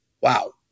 wow